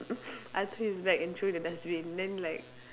I took his bag and threw in the dustbin then like